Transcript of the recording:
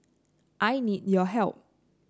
I need your help